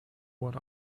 what